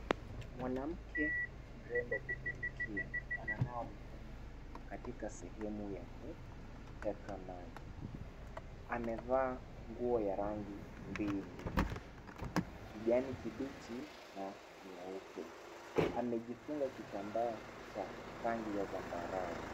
Mwanamke mrembo kupindukia ananawa mikono katika sehemu ya kuteka maji. Amevaa nguo ya rangi mbili, kijani kibichi na nyeupe. Amejifunga kitambaa cha rangi ya zambarau.